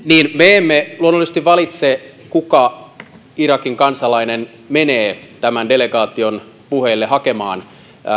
niin me emme luonnollisesti valitse kuka irakin kansalainen menee tämän delegaation puheille hakemaan